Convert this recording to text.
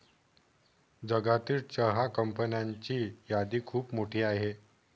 जगातील चहा कंपन्यांची यादी खूप मोठी आहे